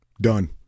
done